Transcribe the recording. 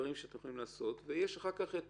דברים שאתם יכולים לעשות ויש אחר כך את